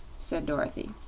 said dorothy.